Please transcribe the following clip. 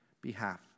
behalf